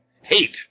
hate